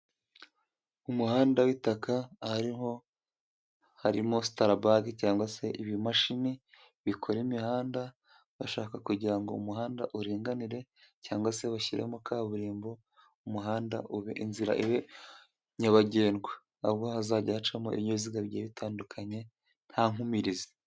Umuhanda w'itaka ahariho harimo, sitarabare cyangwa se ibimashini, bikora imihanda, bashaka kugirango umuhanda uringanire, cyangwa se bashyiremo kaburimbo, umuhanda ube inzira, nyabagendwa, aho hazajya hacamo ibinyabiziga, bitandukanye, ntakumirizi.